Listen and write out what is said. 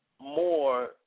more